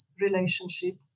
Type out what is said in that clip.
relationship